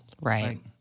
Right